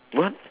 what